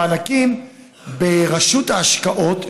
המענקים ברשות ההשקעות,